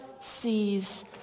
sees